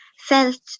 felt